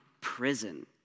prison